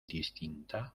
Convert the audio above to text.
distinta